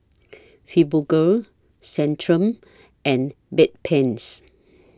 Fibogel Centrum and Bedpans